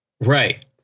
Right